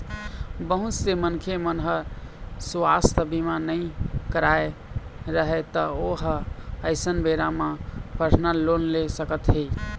बहुत से मनखे मन ह सुवास्थ बीमा नइ करवाए रहय त ओ ह अइसन बेरा म परसनल लोन ले सकत हे